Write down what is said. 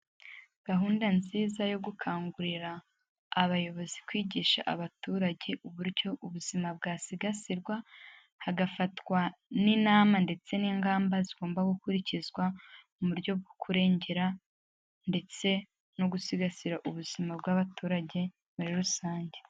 Gahunda nziza yo gukangurira abayobozi kwigisha abaturage uburyo ubuzima bwasigasirwa, hagafatwa n'inama ndetse n'ingamba zigomba gukurikizwa, mu buryo bwo kurengera ndetse no gusigasira ubuzima bw'abaturage muri rusange.